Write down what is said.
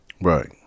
Right